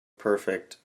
perfect